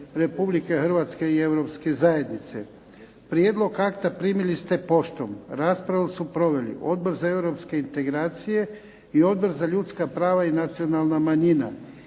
Hrvatske i Europske zajednice. Prijedlog akta primili ste poštom. Raspravu su proveli Odbor za europske integracije i Odbor za ljudska prava i nacionalne manjine.